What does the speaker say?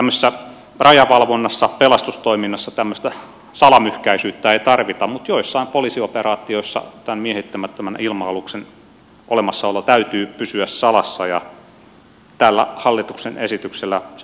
tämmöisessä rajavalvonnassa pelastustoiminnassa tämmöistä salamyhkäisyyttä ei tarvita mutta joissain poliisioperaatioissa tämän miehittämättömän ilma aluksen olemassaolon täytyy pysyä salassa ja tällä hallituksen esityksellä se mahdollistetaan hyvin